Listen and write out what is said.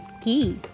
key